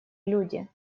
люди